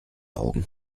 augen